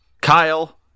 Kyle